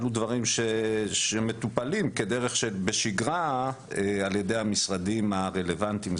אלה דברים שמטופלים בשגרה על ידי המשרדים הרלוונטיים.